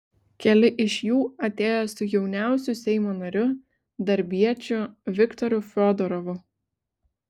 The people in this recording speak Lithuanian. keli iš jų atėjo su jauniausiu seimo nariu darbiečiu viktoru fiodorovu